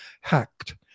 Hacked